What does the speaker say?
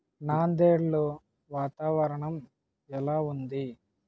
నాందేడ్లో వాతావరణం ఎలా ఉంది